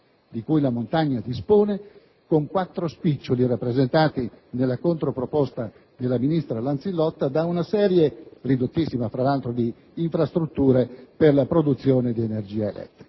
di cui la montagna dispone - con quattro spiccioli rappresentati, nella controproposta della ministra Lanzillotta, da una serie - peraltro ridottissima - di infrastrutture per la produzione di energia elettrica.